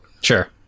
Sure